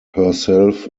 herself